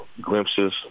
glimpses